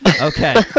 Okay